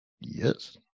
Yes